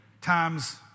Times